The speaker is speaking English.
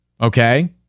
Okay